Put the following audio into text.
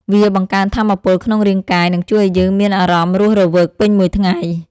វាបង្កើនថាមពលក្នុងរាងកាយ និងជួយឱ្យយើងមានអារម្មណ៍រស់រវើកពេញមួយថ្ងៃ។